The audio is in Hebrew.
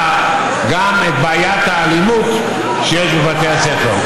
גם את בעיית האלימות שיש בבתי הספר.